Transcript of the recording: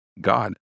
God